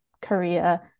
Korea